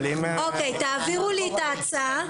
תעבירו לי את ההצעה.